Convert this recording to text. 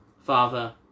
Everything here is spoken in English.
Father